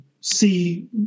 see